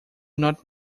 not